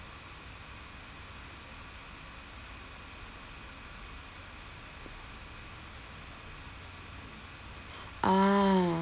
ah